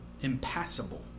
impassable